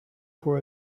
for